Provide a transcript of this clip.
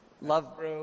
Love